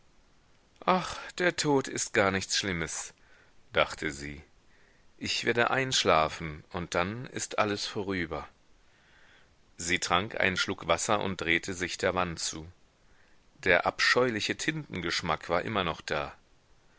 ach der tod ist gar nichts schlimmes dachte sie ich werde einschlafen und dann ist alles vorüber sie trank einen schluck wasser und drehte sich der wand zu der abscheuliche tintengeschmack war immer noch da